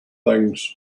things